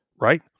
right